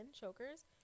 chokers